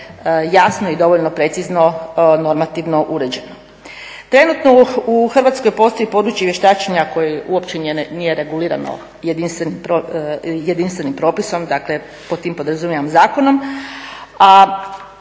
jasno i dovoljno precizno, normativno uređeno. Trenutno u Hrvatskoj postoji područje vještačenja koje uopće nije regulirano jedinstvenim propisom, dakle pod tim podrazumijevam zakonom